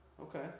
okay